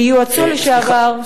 כיועצו לשעבר,